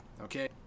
okay